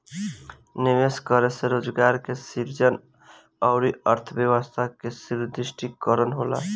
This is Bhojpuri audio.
निवेश करे से रोजगार के सृजन अउरी अर्थव्यस्था के सुदृढ़ीकरन होला